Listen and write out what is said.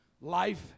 life